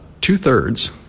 two-thirds